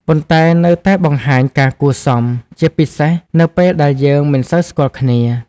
ប៉ុន្តែនៅតែបង្ហាញការគួរសម ជាពិសេសនៅពេលដែលយើងមិនសូវស្គាល់គ្នា។